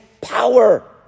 power